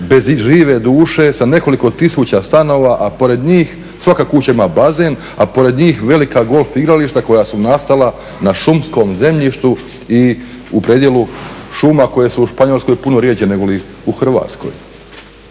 bez žive duše sa nekoliko tisuća stanova, a pored njih svaka kuća ima bazen, a pored njih velika golf igrališta koja su nastala na šumskom zemljištu i u predjelu šuma koje su u Španjolskoj puno rjeđe negoli u Hrvatskoj.